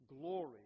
Glory